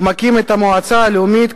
מקים את המועצה הלאומית,